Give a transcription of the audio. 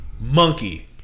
Monkey